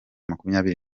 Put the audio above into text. makumyabiri